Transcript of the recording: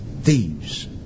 Thieves